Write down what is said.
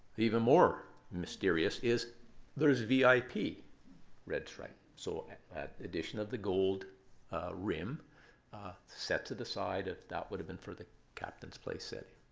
even more mysterious is there is vip red stripe. so addition of the gold rim sets it aside if that would have been for the captain's place setting.